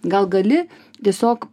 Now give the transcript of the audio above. gal gali tiesiog